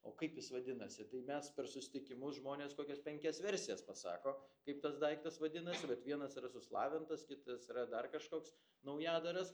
o kaip jis vadinasi tai mes per susitikimus žmonės kokias penkias versijas pasako kaip tas daiktas vadinasi bet vienas yra suslavintas kitas yra dar kažkoks naujadaras